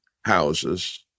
houses